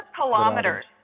kilometers